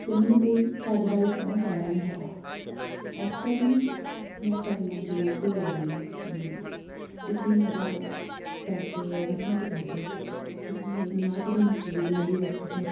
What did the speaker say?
ਅਤੇ ਮੈਨੂੰ ਕੋਈ ਚੱਜ ਦਾ ਰਿਸਪੋਂਸ ਆਇਆ ਨਹੀਂ ਹੈਗਾ ਇਸ ਕਾਰਨ ਮੈਂ ਤੁਹਾਡੇ ਨਾਲ ਬੇਨਤੀ ਕਰਦੀ ਹਾਂ ਕਿ ਤੁਸੀਂ ਮੇਰਾ ਪੈਸੇ ਰਿਫੰਡ ਕਰ ਦਿਉ ਕਿਉਂਕਿ ਨਾ ਤਾਂ ਮੈਨੂੰ ਚੀਜ਼ ਮਿਲੀ ਵਕਤ ਸਿਰ